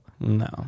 No